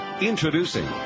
Introducing